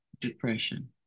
depression